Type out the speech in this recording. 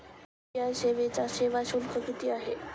UPI सेवेचा सेवा शुल्क किती आहे?